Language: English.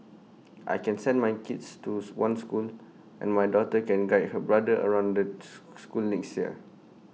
I can send my kids to one school and my daughter can guide her brother around the school next year